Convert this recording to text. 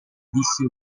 disse